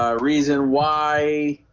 ah reason why